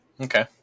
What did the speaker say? okay